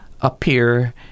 appear